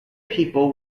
people